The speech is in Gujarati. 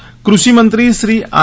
ફળદુ કૃષિમંત્રી શ્રી આર